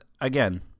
again